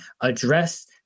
address